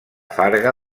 farga